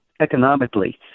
economically